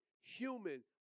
human